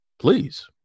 Please